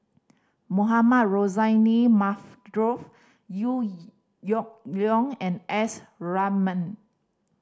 Mohamed Rozani Liew Leong and S Ratnam